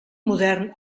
modern